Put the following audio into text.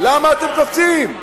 למה אתם קופצים?